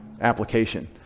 application